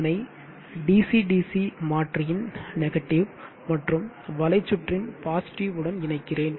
அதனை dc dc மாற்றியின் negative மற்றும் வளைச்சுற்றின் பாசிட்டிவ் உடன் இணைக்கிறேன்